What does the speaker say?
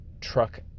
truck